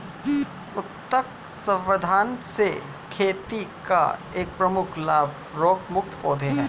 उत्तक संवर्धन से खेती का एक प्रमुख लाभ रोगमुक्त पौधे हैं